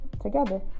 together